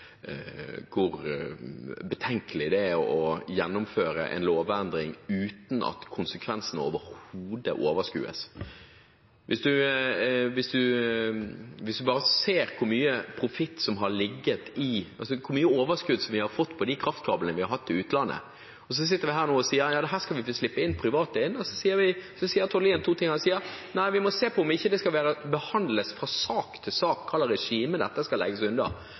betenkelig det er å gjennomføre en lovendring uten at konsekvensene overhodet overskues. Hvis man bare ser hvor mye overskudd vi har fått på de kraftkablene vi har hatt til utlandet – så sitter vi her nå og sier at vi skal slippe private inn. Så sier Tord Lien to ting: Man må se på om ikke spørsmålet om hvilket regime dette skal legges under, skal behandles fra sak til sak.